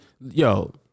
yo